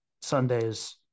Sundays